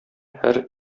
һәр